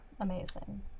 amazing